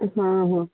ହଁ ହଁ